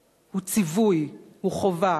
הוא חובה.